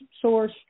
source